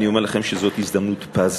אני אומר לכם שזאת הזדמנות פז.